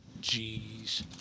Jeez